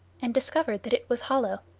and discovered that it was hollow,